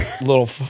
little